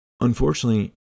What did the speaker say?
Unfortunately